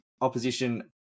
opposition